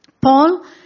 Paul